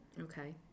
Okay